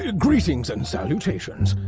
ah greetings and salutations.